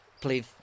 Please